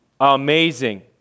Amazing